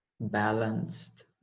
balanced